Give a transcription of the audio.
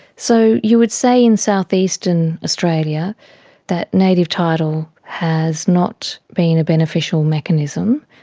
so you would say in south-eastern australia that native title has not been a beneficial mechanism.